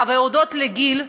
ולהודות לגיל,